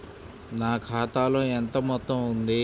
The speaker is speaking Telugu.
నా ఖాతాలో ఎంత మొత్తం ఉంది?